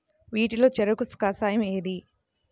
వీటిలో చెరకు కషాయం ఏది?